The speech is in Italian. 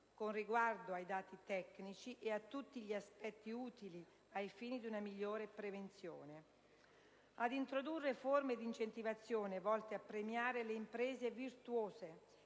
con riguardo ai dati tecnici e a tutti gli aspetti utili ai fini di una migliore prevenzione; ad introdurre forme di incentivazione volte a premiare le imprese virtuose